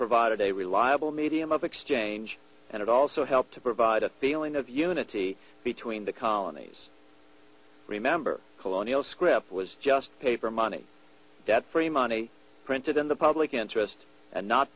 provided a reliable medium of exchange and it also helped to provide a feeling of unity between the colonies remember colonial scrip was just paper money debt free money printed in the public interest and not